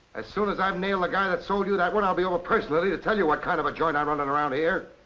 as soon as i've nailed the guy that sold you that one i'll be over personally to tell you what kind of a joint i'm running around here.